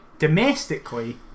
Domestically